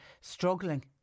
struggling